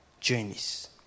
journeys